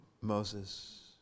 Moses